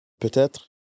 Peut-être